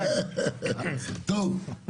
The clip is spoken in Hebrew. טוב.